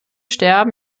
sterben